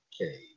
Okay